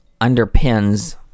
underpins